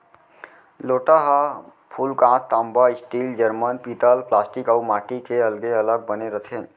लोटा ह फूलकांस, तांबा, स्टील, जरमन, पीतल प्लास्टिक अउ माटी के अलगे अलग बने रथे